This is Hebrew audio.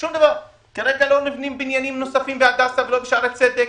כרגע לא נבנים בניינים נוספים בהדסה ולא בשערי צדק,